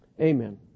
Amen